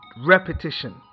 repetition